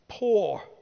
poor